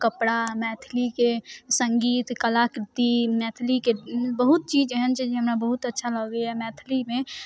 कपड़ा मैथिलीके सङ्गीत कलाकृति मैथिलीके बहुत चीज एहन छै जे हमरा बहुत अच्छा लगैए मैथिलीमे